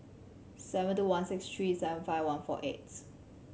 seven two one six three seven five one four eight